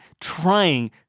trying